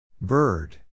Bird